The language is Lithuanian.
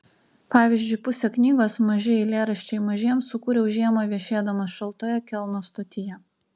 pavyzdžiui pusę knygos maži eilėraščiai mažiems sukūriau žiemą viešėdamas šaltoje kelno stotyje